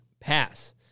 Pass